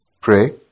pray